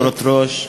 שלוש דקות.